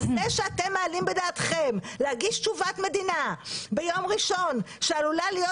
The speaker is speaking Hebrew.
וזה שאתם מעלם בדעתכם להגיש תשובת מדינה ביום ראשון שעלולה להיות